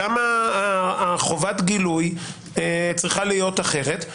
שם חובת הגילוי צריכה להיות אחרת.